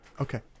okay